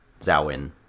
Zawin